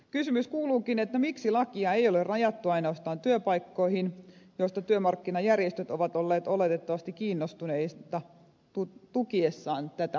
kysymys kuuluukin miksi lakia ei ole rajattu ainoastaan työpaikkoihin joista työmarkkinajärjestöt ovat oletettavasti olleet kiinnostuneita tukiessaan tätä esitystä